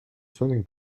swimming